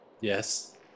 Yes